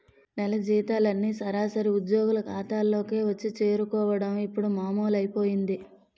నెల జీతాలన్నీ సరాసరి ఉద్యోగుల ఖాతాల్లోకే వచ్చి చేరుకోవడం ఇప్పుడు మామూలైపోయింది